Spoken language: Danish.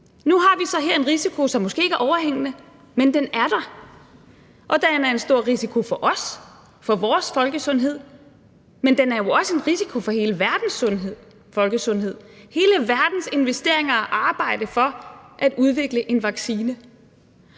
Nu har vi så her en risiko, som måske ikke er overhængende, men den er der. Og den er en stor risiko for os, for vores folkesundhed, men den er jo også en risiko for hele verdens folkesundhed, hele verdens investeringer i og arbejde for at udvikle en vaccine.